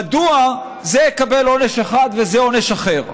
מדוע זה יקבל עונש אחד וזה, עונש אחר?